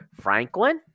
Franklin